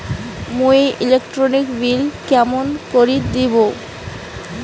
মুই electric bill কেমন করি দিম?